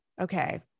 Okay